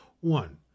one